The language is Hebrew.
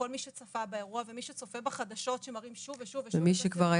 כל מי שצפה באירוע ומי שצופה בחדשות שמראים שוב ושוב את התמונות